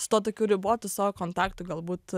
su tuo tokiu ribotu savo kontaktų galbūt